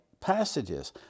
passages